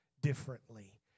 differently